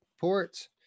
ports